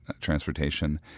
transportation